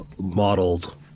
Modeled